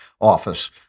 office